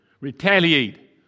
retaliate